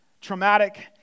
traumatic